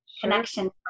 connection